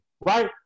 right